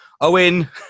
Owen